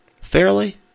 Fairly